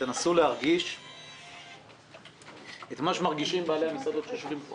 ותנסו להרגיש את מה שמרגישים בעלי המסעדות שיושבים פה